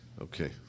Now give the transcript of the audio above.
Okay